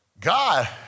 God